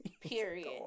period